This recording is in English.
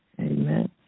Amen